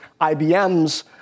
IBM's